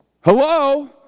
Hello